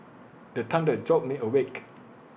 the thunder jolt me awake